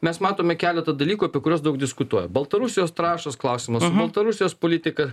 mes matome keletą dalykų apie kuriuos daug diskutuoja baltarusijos trąšos klausimas su baltarusijos politika